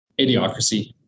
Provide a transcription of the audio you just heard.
Idiocracy